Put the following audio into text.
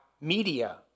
media